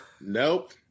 Nope